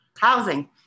Housing